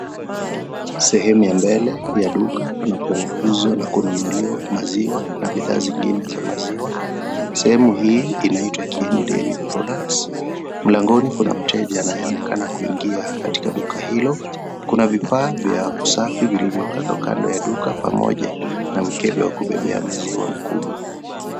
Sehemu ya mbele ya duka panapouzwa na kununuliwa maziwa na bidhaa nyingine za maziwa. Sehemu hii inaitwa Kieni Dairy Products. Mlangoni kuna mteja anayeonekana kuingia katika duka hilo. Kuna vifaa vya usafi vilivyo kando ya duka pamoja na mkebe wa kubebea maziwa mkubwa.